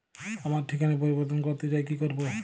আমার ঠিকানা পরিবর্তন করতে চাই কী করব?